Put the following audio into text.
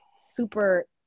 super